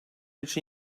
için